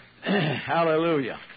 Hallelujah